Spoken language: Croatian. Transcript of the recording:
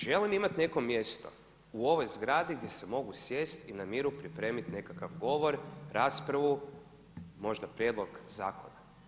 Želim imat neko mjesto u ovoj zgradi gdje se mogu sjest i na miru pripremiti nekakav govor, raspravu, možda prijedlog zakona.